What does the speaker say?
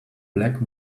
black